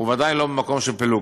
וודאי לא ממקום של פילוג.